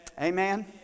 Amen